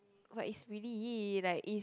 but is really like if